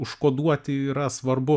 užkoduoti yra svarbu